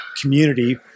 community